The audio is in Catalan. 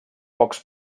pocs